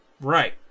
Right